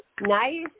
nice